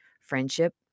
friendship